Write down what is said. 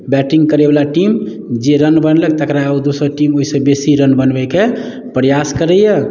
batting करैवला team जे run बनेलक तकरा ओ दोसर टीम ओहिसँ बेसी रन बनबैके प्रयास करैए